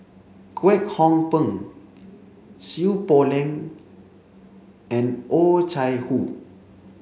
Kwek Hong Png Seow Poh Leng and Oh Chai Hoo